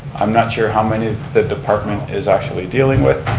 i'm not sure how many the department is actually dealing with,